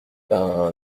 ben